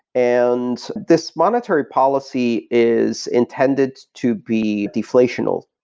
and this monetary policy is intended to be deflational,